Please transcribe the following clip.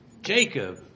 Jacob